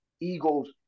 eagles